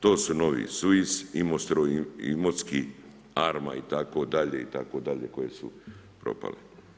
To su Novi SUIS , Imostroj Imotski, Arma itd., itd. koje su propale.